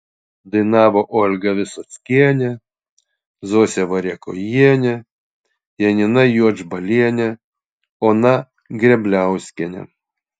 dainavo olga visockienė zosė variakojienė janina juodžbalienė ona grebliauskienė